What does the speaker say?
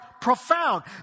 profound